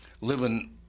living